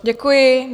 Děkuji.